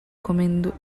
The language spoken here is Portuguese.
comendo